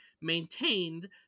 maintained